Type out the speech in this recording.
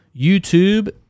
YouTube